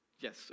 Yes